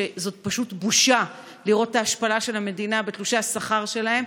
שזאת פשוט בושה לראות את ההשפלה של המדינה בתלושי השכר שלהן.